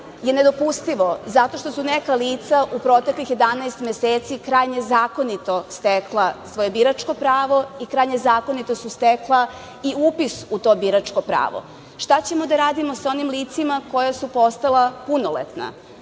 je nedopustivo zato što su neka lica u proteklih jedanaest meseci, krajnje zakonito stekla svoje biračko pravo i krajnje zakonito su stekla i upis u to biračko pravo. Šta ćemo da radimo sa onim licima koja su postala punoletna?